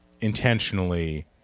intentionally